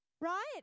right